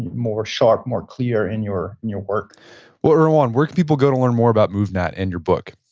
more sharp, more clear in your and your work well, erwan, where can people go to learn more about movnat and your book?